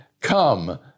come